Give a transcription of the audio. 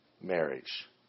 marriage